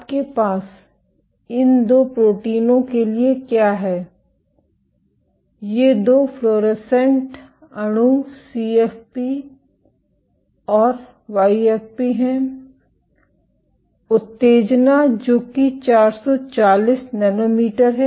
आपके पास इन 2 प्रोटीनों के लिए क्या है ये 2 फ्लोरोसेंट अणु सीएफपी और वाईएफपी हैं उत्तेजना जो कि 440 नैनोमीटर है